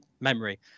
memory